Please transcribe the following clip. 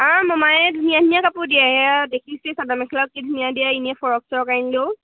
অ মমাইে ধুনীয়া ধুনীয়া কাপোৰ দিয়ে দেখিছোঁ চাদ মেখেলা কি ধুনীয়া দিয়ে এনেই ফৰক চৰ কাৰণমেও